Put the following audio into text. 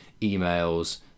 emails